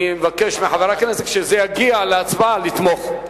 אני מבקש מחברי הכנסת, כשזה יגיע להצבעה, לתמוך.